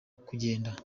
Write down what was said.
kugenda